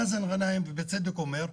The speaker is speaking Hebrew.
מאזן גנאים בצדק אומר.